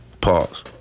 Pause